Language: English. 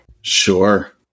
Sure